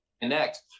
Connect